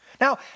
Now